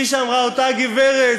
כפי שאמרה אותה גברת,